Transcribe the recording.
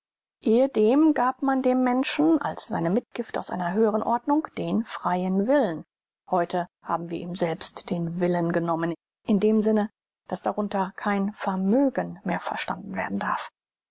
ehedem gab man dem menschen als seine mitgift aus einer höheren ordnung den freien willen heute haben wir ihm selbst den willen genommen in dem sinne daß darunter kein vermögen mehr verstanden werden darf